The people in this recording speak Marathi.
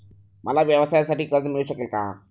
मला व्यवसायासाठी कर्ज मिळू शकेल का?